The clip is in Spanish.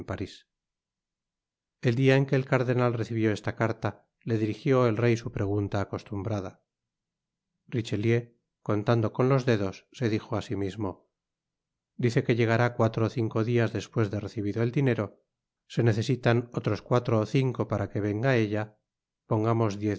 el dia en que el cardenal recibió esta carta le dirigió el rey su pregunta acostubrada richelieu contando con los dedos se dijo á si mismo dice que llegará cuatro ó cinco dias después de recibido el dinero se necesitan otros cuatro ó cinco para que venga ella pongamos diez dias á